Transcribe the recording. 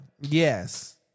yes